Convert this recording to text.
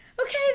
Okay